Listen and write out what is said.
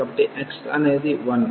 కాబట్టి x అనేది 1